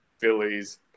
Phillies